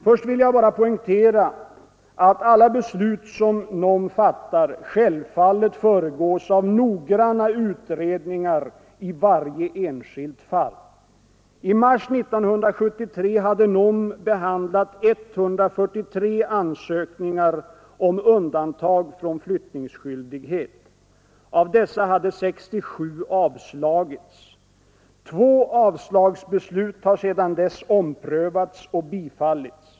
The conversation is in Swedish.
Först vill jag bara poängtera att alla beslut som NOM fattar självfallet föregås av noggranna utredningar i varje enskilt fall. I mars 1973 hade NOM behandlat 143 ansökningar om undantag från flyttningsskyldighet. Av dessa hade 67 avslagits. Två avslagsbeslut har sedan dess omprövats och bifallits.